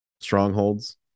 strongholds